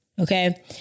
Okay